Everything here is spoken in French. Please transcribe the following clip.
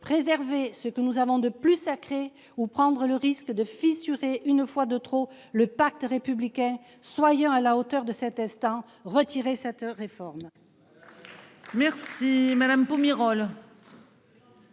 préserver ce que nous avons de plus sacré ou prendre le risque de fissurer. Une fois de trop, le pacte républicain. Soyons à la hauteur de cet instant retirer cette réforme.